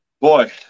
boy